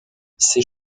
ses